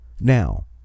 now